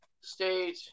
State